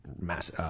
mass